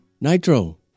Nitro